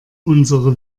unsere